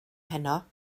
heno